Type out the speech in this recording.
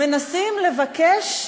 מנסים לבקש,